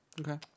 Okay